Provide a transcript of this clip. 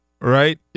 Right